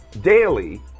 daily